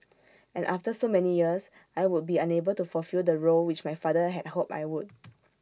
and after so many years I would be unable to fulfil the role which my father had hoped I would